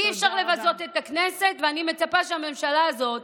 אי-אפשר לבזות את הכנסת, ואני מצפה שהממשלה הזאת